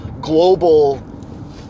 global